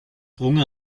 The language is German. runge